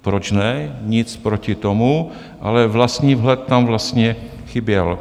Proč ne, nic proti tomu, ale vlastní vhled tam vlastně chyběl.